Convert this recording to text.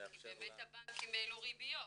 ולאפשר ל- -- כי באמת הבנקים העלו ריביות.